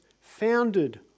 founded